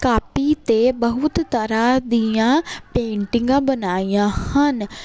copy ਤੇ ਬਹੁਤ ਤਰ੍ਹਾਂ ਦੀਆਂ ਪੇਂਟਿੰਗਾਂ ਬਣਾਈਆਂ ਹਨ